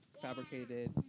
fabricated